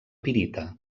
pirita